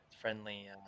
friendly